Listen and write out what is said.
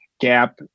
gap